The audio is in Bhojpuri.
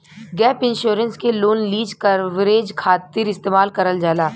गैप इंश्योरेंस के लोन लीज कवरेज खातिर इस्तेमाल करल जाला